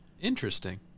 Interesting